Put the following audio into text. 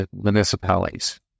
municipalities